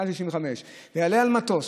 מעל 65. יעלה על מטוס,